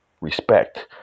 respect